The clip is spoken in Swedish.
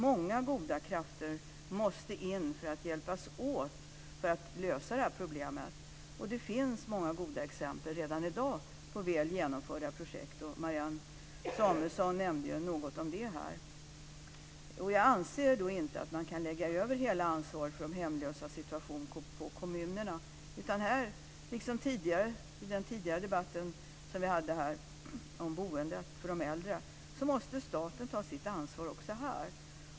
Många goda krafter måste in för att hjälpas åt att lösa problemet. Det finns många goda exempel redan i dag på väl genomförda projekt. Marianne Samuelsson nämnde något om det här. Jag anser inte att man kan lägga över hela ansvaret för de hemlösas situation på kommunerna. Som jag sade i den tidigare debatten vi hade om boendet för de äldre måste staten ta sitt ansvar också här.